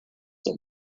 that